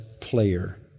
player